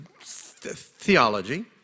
theology